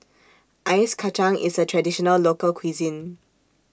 Ice Kachang IS A Traditional Local Cuisine